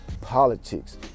politics